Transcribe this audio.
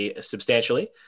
substantially